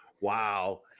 Wow